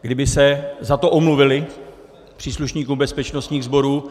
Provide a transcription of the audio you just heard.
Kdyby se za to omluvili příslušníkům bezpečnostních sborů.